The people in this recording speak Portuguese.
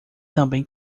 também